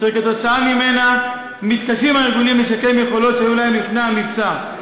אשר כתוצאה ממנה מתקשים הארגונים לשקם יכולות שהיו להם לפני המבצע.